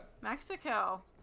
Mexico